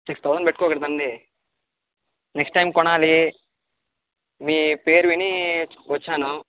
six thousand పెట్టుకోకూడదండి next time కొనాలి మీ పేరు వినీ వచ్చాను